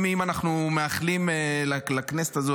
אם אנחנו מאחלים לכנסת הזו,